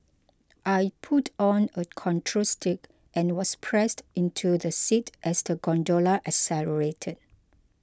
I pulled on a control stick and was pressed into the seat as the gondola accelerated